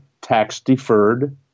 tax-deferred